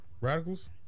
Radicals